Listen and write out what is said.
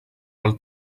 pel